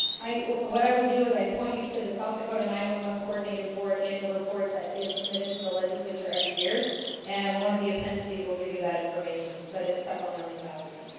i what i would do is i'd point you to the south dakota nine one one coordinated board annual report that is submitted to the legislature every year and one of the appendices will give you that information, but it's several million dollars